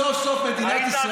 סוף-סוף מדינת ישראל,